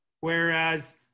Whereas